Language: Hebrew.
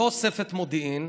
לא אוספת מודיעין,